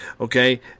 okay